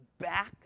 back